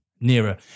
nearer